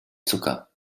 zucker